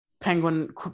Penguin